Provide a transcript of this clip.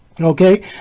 Okay